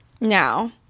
now